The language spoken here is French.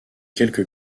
quelque